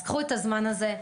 קחו את הזמן הזה.